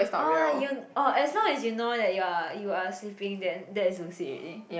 oh like you oh as long as know you that you are you are sleeping then that is lucid already